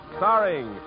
starring